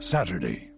Saturday